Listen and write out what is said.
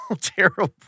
terrible